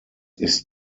ist